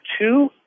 two